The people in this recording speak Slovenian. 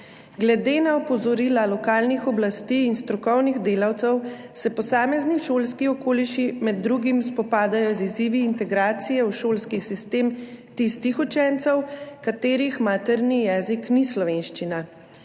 Glede na opozorila lokalnih oblasti in strokovnih delavcev se posamezni šolski okoliši med drugim spopadajo z izzivi integracije v šolski sistem tistih učencev, katerih materni jezik ni slovenščina.